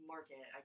Market